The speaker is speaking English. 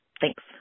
Thanks